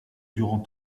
durant